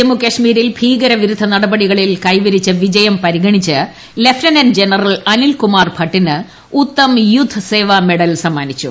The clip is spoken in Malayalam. ജമ്മു കശ്മീരിൽ ഭീകരവിരുദ്ധ നടപടികളിൽ കൈവരിച്ച വിജയം പരിഗണിച്ച് ലഫ്റ്റനന്റ് ജനറൽ അനിൽകുമാർ ഭട്ടിന് ഉത്തം യുദ്ധ് സേവാ മെഡൽ സമ്മാനിച്ചു